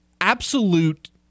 Absolute